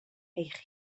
eich